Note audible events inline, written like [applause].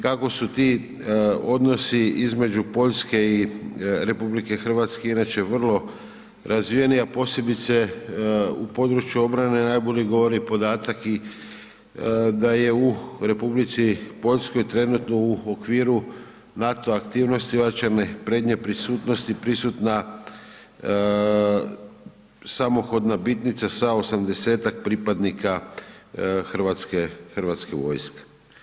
Kako su ti odnosi između Poljske i RH inače vrlo razvijeni a posebice u području obrane najbolje govori podatak i da je u Republici Poljskoj, trenutno u okviru NATO aktivnosti … [unintelligible] prednje prisutnosti, prisutna samohodna bitnica sa 80-tak pripadnika Hrvatske vojske.